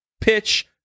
pitch